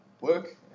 work